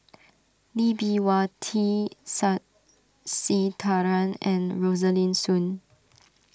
Lee Bee Wah T Sasitharan and Rosaline Soon